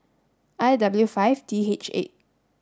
I W five D H eight